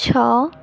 ଛଅ